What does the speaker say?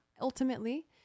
Ultimately